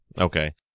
Okay